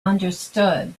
understood